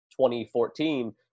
2014